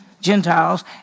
gentiles